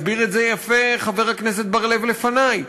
הסביר את זה יפה חבר הכנסת בר-לב לפני.